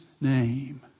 name